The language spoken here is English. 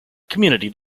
community